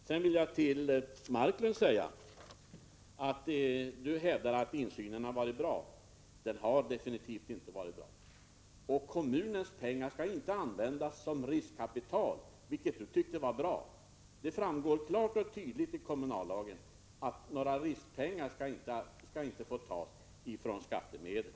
Leif Marklund hävdar att insynen varit bra. Det har den definitivt inte varit. Kommunens pengar skall inte användas som riskkapital, vilket Leif Marklund tyckte var bra. Det framgår klart och tydligt av kommunallagen att riskkapital inte får satsas av skattemedel.